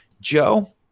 Joe